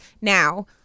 Now